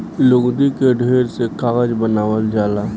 लुगदी के ढेर से कागज बनावल जाला